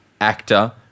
actor